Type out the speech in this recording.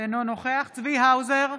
אינו נוכח צבי האוזר,